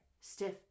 stiff